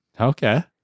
Okay